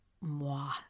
moi